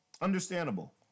understandable